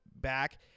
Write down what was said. back